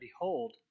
Behold